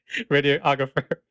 radiographer